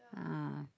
ah